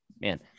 man